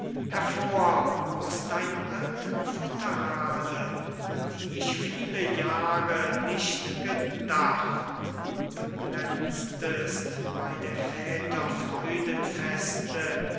hervor aus deinem alten futterale an die ich viele jahre nicht gedacht du glänztest bey der väter